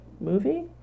movie